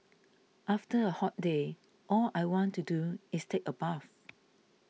after a hot day all I want to do is take a bath